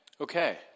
okay